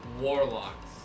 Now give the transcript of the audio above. Warlocks